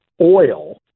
oil